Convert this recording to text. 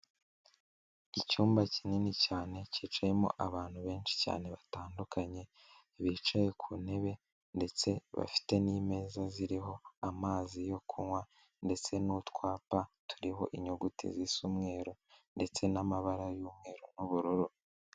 Icyumba kinini cyane cyicayemo abantu benshi cyane batandukanye, bicaye ku ntebe ndetse bafite n'imeza ziriho amazi yo kunywa ndetse n'utwapa turiho inyuguti z'isa umweru ndetse n'amabara y'umweru n'ubururu.